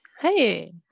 Hey